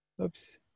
Oops